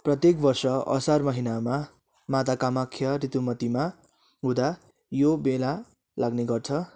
प्रत्येक वर्ष असार महिनामा माता कामाख्या ऋतुमतीमा हुँदा यो बेला लाग्ने गर्छ